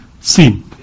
seen